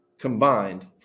Combined